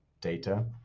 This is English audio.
data